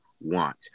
want